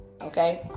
okay